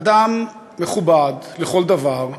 אדם מכובד לכל דבר,